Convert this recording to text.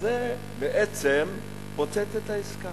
וזה בעצם פוצץ את העסקה.